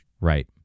Right